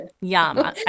Yum